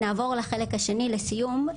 נעבור לחלק השני לסיום.